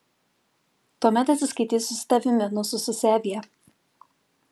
tuomet atsiskaitysiu su tavimi nusususi avie